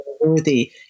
worthy